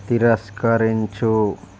తిరస్కరించు